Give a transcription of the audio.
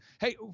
hey